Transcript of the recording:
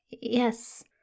Yes